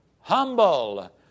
humble